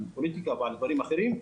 על פוליטיקה או על דברים אחרים,